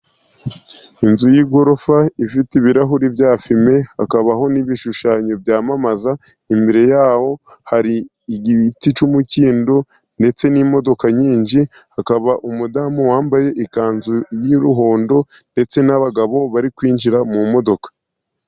Inzu y'igorofa ifite ibirahuri bya fime, hakabaho n'ibishushanyo byamamaza, imbere yaho hari igiti cy'umukindo, ndetse n'imodoka nyinshi, hakaba umudamu wambaye ikanzu y'umuhondo, ndetse n'abagabo bari kwinjira mu modoka.